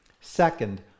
Second